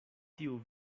tiu